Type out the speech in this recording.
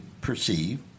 perceive